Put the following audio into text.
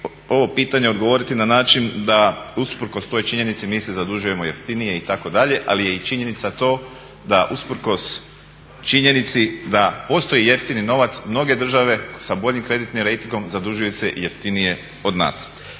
ovo pitanje odgovoriti na način da usprkos toj činjenici mi se zadužujemo jeftinije itd. Ali je i činjenica to da usprkos činjenici da postoji jeftini novac mnoge države sa boljim kreditnim rejtingom zadužuju se jeftinije od nas.